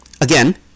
again